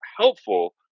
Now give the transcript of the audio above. helpful